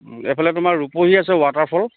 এফালে তোমাৰ ৰূপহী আছে ৱাটাৰফল